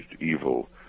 evil